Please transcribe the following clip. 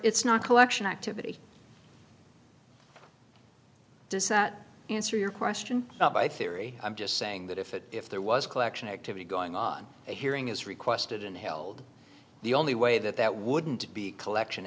it's not collection activity does that answer your question by theory i'm just saying that if it if there was collection activity going on a hearing is requested and held the only way that that wouldn't be collection